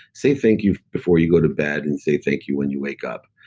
say thank you before you go to bed and say thank you when you wake up.